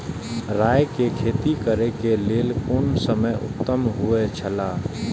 राय के खेती करे के लेल कोन समय उत्तम हुए छला?